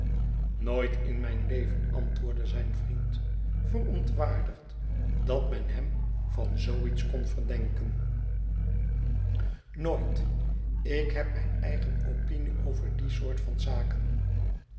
nooit in mijn leven antwoordde zijn vriend verontwaardigd dat men hem van zoo iets kon verdenken nooit ik heb mijn eigen opinie over die soort van zaken